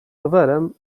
rowerem